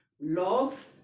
love